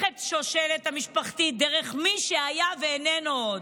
את השושלת המשפחתית דרך מי שהיה ואיננו עוד.